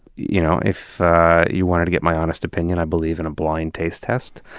you know if you wanted to get my honest opinion, i believe in a blind taste test,